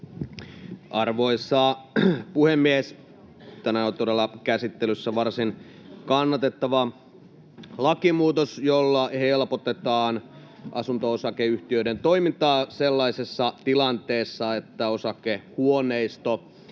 Arvoisa puhemies! Tänään on todella käsittelyssä varsin kannatettava lakimuutos, jolla helpotetaan asunto-osakeyhtiöiden toimintaa sellaisessa tilanteessa, jossa osakehuoneisto